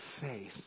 faith